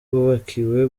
bubakiwe